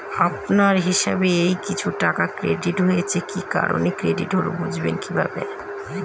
আপনার হিসাব এ কিছু টাকা ক্রেডিট হয়েছে কি কারণে ক্রেডিট হল বুঝবেন কিভাবে?